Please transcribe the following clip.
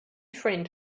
friend